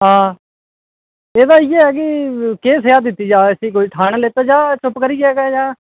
ओह्दा इयै की केह् सज़ा दित्ती जा इसी ते जां ठाने लैता चुप्प करियै ते जां